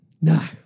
No